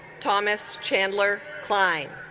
thomas chandler klein